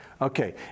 Okay